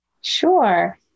Sure